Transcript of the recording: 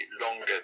longer